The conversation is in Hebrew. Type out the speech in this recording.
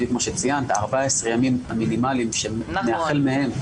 בדיוק מה שציינת ה-14 ימים המינימאליים שנתחיל מהם,